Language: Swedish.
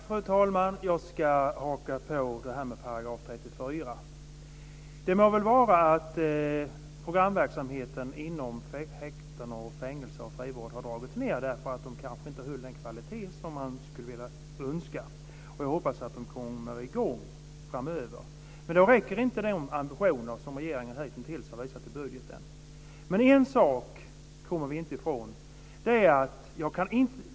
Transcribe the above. Fru talman! Jag vill haka på frågan om § 34. Det må vara att programverksamheten inom fängelser och frivård har dragits ned därför att de kanske inte höll den kvalitet man skulle önska. Jag hoppas att de kommer i gång framöver. Då räcker inte den ambition som regeringen hittills har visat i budgeten. En sak kommer vi inte ifrån.